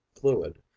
fluid